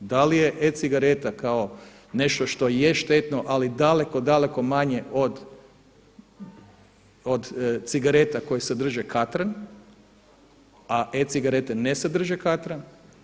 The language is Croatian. Da li je e-cigareta kao nešto što je štetno ali daleko, dakle manje od cigareta koje sadrže katran a e-cigarete ne sadrže katran?